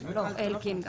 אלקין גם.